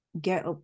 get